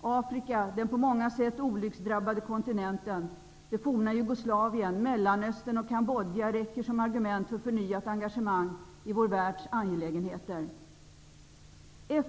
Afrika -- den på många sätt olycksdrabbade kontinenten -- det forna Jugoslavien, Mellanöstern och Cambodja räcker som argument för förnyat engagemang i vår världs angelägenheter.